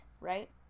right